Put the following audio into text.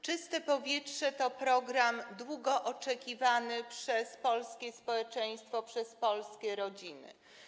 Czyste powietrze” to program długo oczekiwany przez polskie społeczeństwo, przez polskie rodziny.